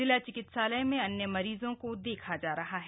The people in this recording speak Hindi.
जिला चिकित्सालय में अन्य मरीजों को देखा जा रहा है